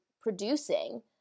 producing